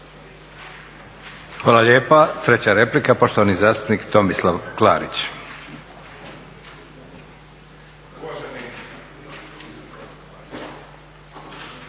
Hvala lijepa. Treća replika poštovani zastupnik Tomislav Klarić.